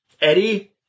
Eddie